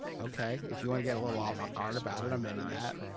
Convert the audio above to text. okay. if you want to get a little ah avant garde about it, i'm into that.